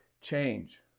change